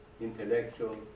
intellectual